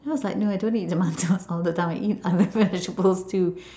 then I was like I don't eat tomatoes all the time I eat other vegetables too